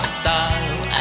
style